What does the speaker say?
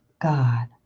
God